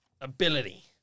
ability